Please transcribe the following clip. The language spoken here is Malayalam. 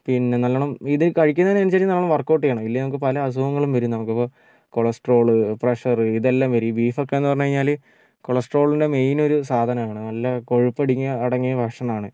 പിന്നെ നല്ലവണം ഇത് കഴിക്കുന്നതിന് അനുസരിച്ച് നമ്മൾ വർക്ക്ഔട്ട് ചെയ്യണം ഇല്ലെങ്കിൽ നമുക്ക് പല അസുഖങ്ങളും വരും നമുക്കിപ്പം കൊളസ്ട്രോൾ പ്രെഷർ ഇതെല്ലാം വരും ഈ ബീഫ് ഒക്കെയെന്നു പറഞ്ഞു കഴിഞ്ഞാൽ കൊളെസ്ട്രോളിൻ്റെ മെയിൻ ഒരു സാധനമാണ് നല്ല കൊഴുപ്പടങ്ങിയ ഭക്ഷണമാണ്